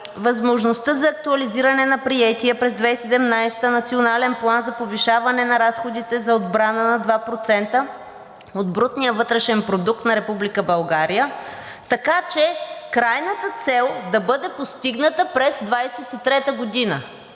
възможността за актуализиране на приетия през 2017 г. Национален план за повишаване на разходите за отбрана на 2% от брутния вътрешен продукт на Република България, така че крайната цел да бъде постигната през 2023 г.